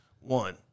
One